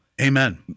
Amen